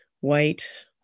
white